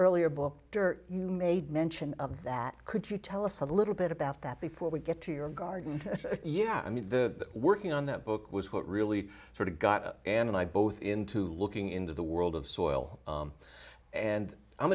earlier book der made mention of that could you tell us a little bit about that before we get to your garden yeah i mean the working on that book was what really sort of got it and i both into looking into the world of soil and i'm